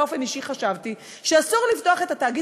באופן אישי חשבתי שאסור לפתוח את התאגיד